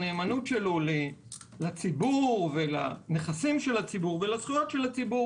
נאמנותו לציבור ולנכסיו ולזכויותיו,